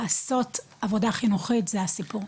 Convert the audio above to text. לעשות עבודה חינוכית זה הסיפור.